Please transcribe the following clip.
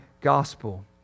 gospel